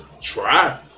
try